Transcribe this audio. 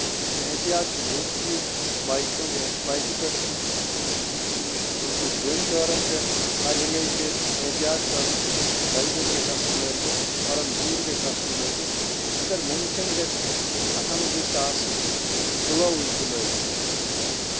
احتِیات چھُ بوٚڑ چیٖز بایکہِ ہُند بایکہِ پٮ۪ٹھ چھُ یہِ چھُ چوٗنکہِ دوٚنۍ ٹٲرن پٮ۪ٹھ ہر ہمیشہٕ گژھِ احتِیات کَرُن ہیلمٹ گژھِ آسٕنۍ لٲگِتھ کھۄرن بوٗٹھ گژھِ آسُن لٲگِتھ اَگر مُمکِن گژھِ اَتھن گژھِ آسٕنۍ گُلاوٕز تہِ لٲگِتھ حظ